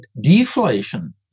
deflation